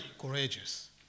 courageous